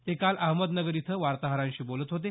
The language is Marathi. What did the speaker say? ते काल अहमदनगर इथं वार्ताहरांशी बोलत होते